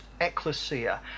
ecclesia